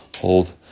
hold